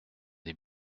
des